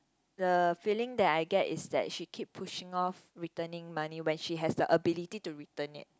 the feeling that I get is that she keep pushing off returning money when she has the ability to return it